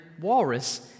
walrus